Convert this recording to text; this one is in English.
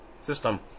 system